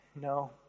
no